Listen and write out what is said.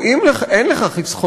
או אם אין לך חסכונות,